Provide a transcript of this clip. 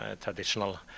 traditional